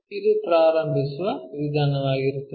ಇದು ಪ್ರಾರಂಭಿಸುವ ವಿಧಾನವಾಗಿರುತ್ತದೆ